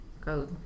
go